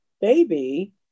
baby